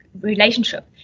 relationship